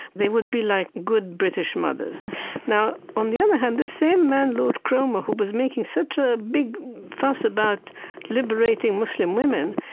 they would be like good british mothers now, on the other hand, this same man, lord cromer, who was making such a big fuss about liberating muslim women,